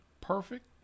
perfect